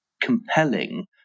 compelling